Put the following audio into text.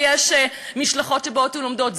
משלחות שבאות ולומדות,